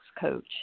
coach